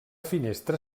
finestra